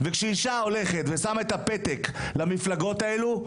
וכשאישה הולכת ושמה את הפתק למפלגות האלו,